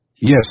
Yes